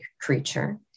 creature